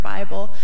Bible